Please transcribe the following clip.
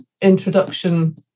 introduction